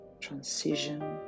transition